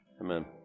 Amen